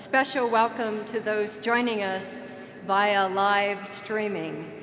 special welcome to those joining us via livestreaming.